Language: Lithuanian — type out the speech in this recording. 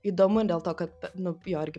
įdomu dėl to kad nu jo irgi